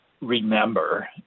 remember